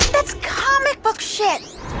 that's comic book shit.